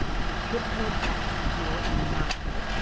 he tiptoed back to the door in the knot-hole,